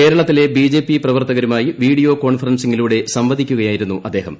കേരളത്തിലെ ബിജെപി പ്രവർത്തകരൂമായി വീഡിയോ കോൺഫറൻസിംങ്ങിലൂടെ സംവ്ദിക്കുകയായിരുന്നു അദ്ദേഹം